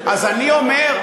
אז אני אומר,